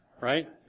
right